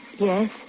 Yes